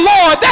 Lord